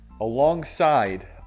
alongside